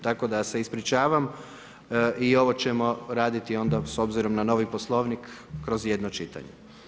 Tako da se ispričavam i ovo ćemo raditi onda, s obzirom na novi poslovnik kroz jedno čitanje.